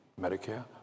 Medicare